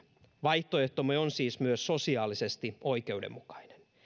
vaihtoehtomme on siis myös sosiaalisesti oikeudenmukainen